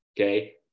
Okay